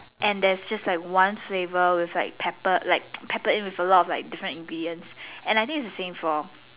and there's just like one flavour with like peppered in with a lot of different ingredient and I think it's the same floor